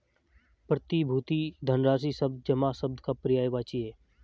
प्रतिभूति धनराशि शब्द जमा शब्द का पर्यायवाची है